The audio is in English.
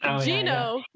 Gino